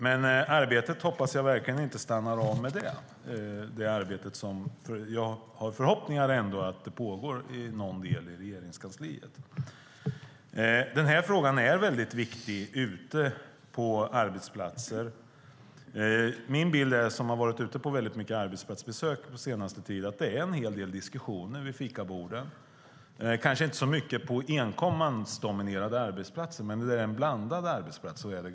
Men jag hoppas verkligen att det arbete som jag ändå hoppas pågår i Regeringskansliet inte stannar av i och med det. Denna fråga är mycket viktig ute på arbetsplatserna. Min bild, efter att jag har varit ute på många arbetsplatsbesök på senare tid, är att det är en hel del diskussioner vid fikaborden. Det är kanske inte så mycket diskussioner på mansdominerade arbetsplatser men däremot på blandade arbetsplatser.